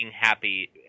happy –